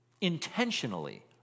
intentionally